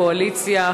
קואליציה,